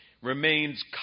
remains